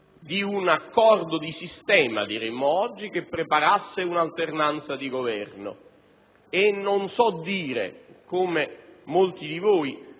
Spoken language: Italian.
di un accordo di sistema, diremmo oggi, che preparasse un'alternanza di governo. Non so dire, come molti di voi